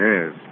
Yes